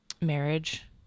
marriage